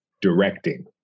directing